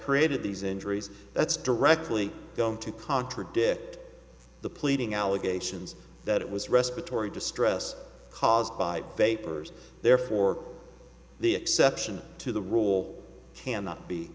created these injuries that's directly going to contradict the pleading allegations that it was respiratory distress caused by vapors therefore the exception to the rule cannot be